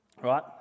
right